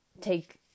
take